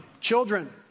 children